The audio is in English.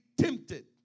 tempted